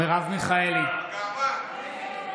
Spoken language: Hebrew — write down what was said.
בגאווה,